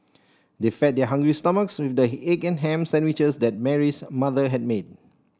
they fed their hungry stomachs with the egg and ham sandwiches that Mary's mother had made